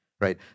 Right